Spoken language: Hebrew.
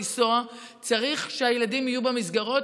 צריך שהילדים יהיו במסגרות,